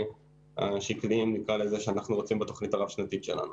השקליים שאנחנו רוצים בתוכנית הרב-שנתית שלנו.